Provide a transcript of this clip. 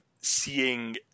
seeing